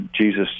Jesus